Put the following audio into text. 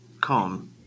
Calm